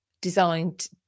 designed